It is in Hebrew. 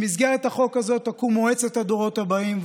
במסגרת החוק הזה תקום מועצת הדורות הבאים,